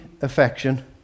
affection